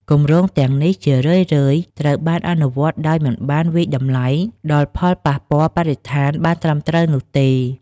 គម្រោងទាំងនេះជារឿយៗត្រូវបានអនុវត្តដោយមិនបានវាយតម្លៃដល់ផលប៉ះពាល់បរិស្ថានបានត្រឹមត្រូវនោះទេ។